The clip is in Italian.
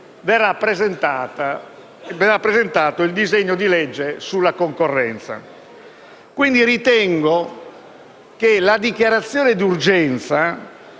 verrà presentato il disegno di legge sulla concorrenza. Ritengo quindi che la dichiarazione di urgenza